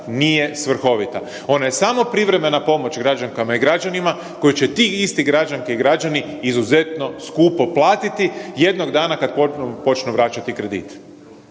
nije svrhovita. Ona je samo privremena pomoć građankama i građanima koji će ti isti građanke i građani izuzetno skupo platiti jednog dana kad počnu vraćati kredit.